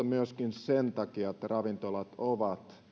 myöskin sen takia että ravintolat ovat